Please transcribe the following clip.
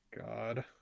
God